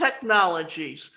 technologies